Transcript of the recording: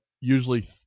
usually